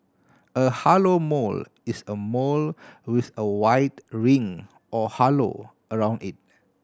a halo mole is a mole with a white ring or halo around it